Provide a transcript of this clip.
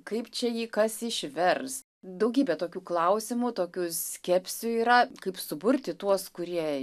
kaip čia jį kas išvers daugybė tokių klausimų tokių skepsių yra kaip suburti tuos kurie